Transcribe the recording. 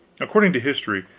according to history,